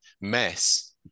mess